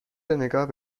نقاب